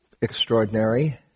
extraordinary